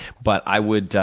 but, i would